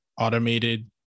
automated